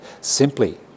simply